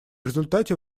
результате